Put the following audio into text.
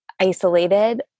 isolated